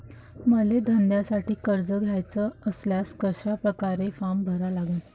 मले धंद्यासाठी कर्ज घ्याचे असल्यास कशा परकारे फारम भरा लागन?